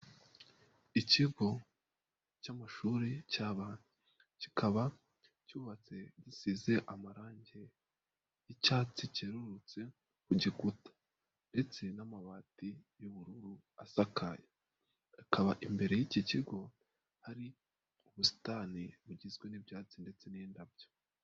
Ikigo cy'amashuri cy'abana, kikaba cyubatse gisize amarangi y'icyatsi cyerurutse ku gikuta ndetse n'amabati y'ubururu asakaye, hakaba imbere y'iki kigo, hari ubusitani bugizwe n'ibyatsi ndetse n'indabyo.